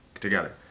together